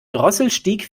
drosselstieg